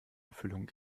erfüllung